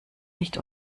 nicht